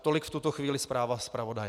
Tolik v tuto chvíli zpráva zpravodaje.